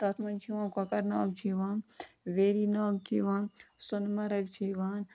تَتھ منٛز چھِ یِوان کۄکَر ناگ چھِ یِوان ویری ناگ چھِ یِوان سۄنہٕ مرگ چھِ یِوان